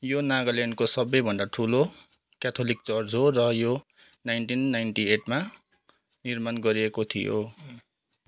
यो नागाल्यान्डको सबैभन्दा ठुलो क्याथोलिक चर्च हो र यो नाइन्टिन नाइन्टि एटमा निर्माण गरिएको थियो